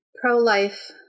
pro-life